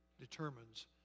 determines